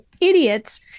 idiots